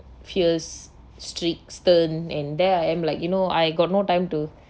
fierce strict stern and there I am like you know I got no time to